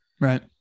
Right